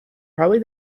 probably